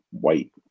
white